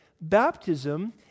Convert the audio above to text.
baptism